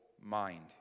mind